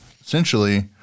essentially